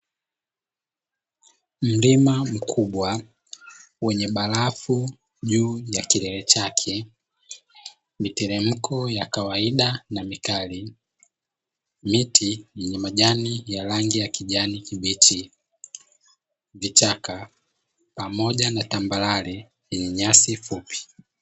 Mlima mkubwa wenye barafu juu ya kilele chake, miteremko ya kawaida na mikali, miti yenye majani ya rangi ya kijani kibichi, vichaka pamoja na tambarare yenye nyasi fupi.